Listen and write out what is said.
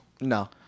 No